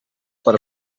per